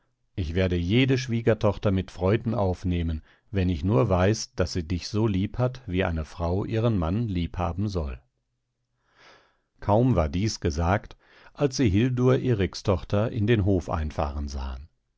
ich werde jede schwiegertochter mit freuden aufnehmen wenn ich nur weiß daß sie dich so lieb hat wie eine frau ihren mann liebhaben soll kaum war dies gesagt als sie hildur erikstochter in den hof einfahren sahen